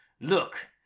Look